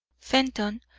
fenton,